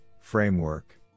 framework